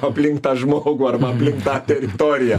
aplink tą žmogų arba tą teritoriją